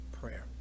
prayer